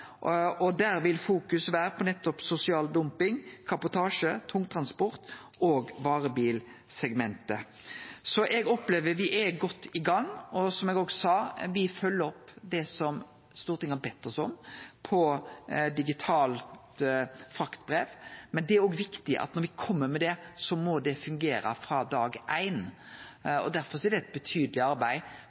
og der vil fokuset vere på nettopp sosial dumping, kabotasje, tungtransport og varebilsegmentet. Så eg opplever at me er godt i gang, og, som eg sa, følgjer me opp det som Stortinget har bedt oss om når det gjeld digitalt fraktbrev, men det er viktig at når me kjem med det, så må det fungere frå dag éin. Derfor er det eit betydeleg arbeid